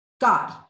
God